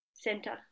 center